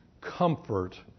comfort